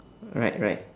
right right